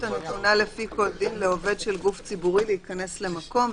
הנתונה לפי כל דין לעובד של גוף ציבורי להיכנס למקום.